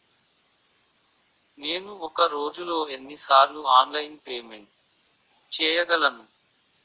నేను ఒక రోజులో ఎన్ని సార్లు ఆన్లైన్ పేమెంట్ చేయగలను?